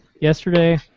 yesterday